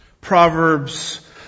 Proverbs